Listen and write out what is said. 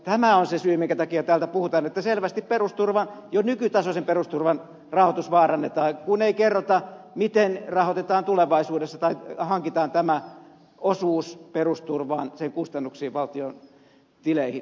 tämä on se syy minkä takia täällä puhutaan että selvästi jo nykytasoisen perusturvan rahoitus vaarannetaan kun te ette kerro miten tulevaisuudessa hankitaan tämä osuus perusturvaan sen kustannuksiin valtion tileihin